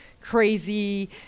crazy